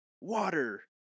water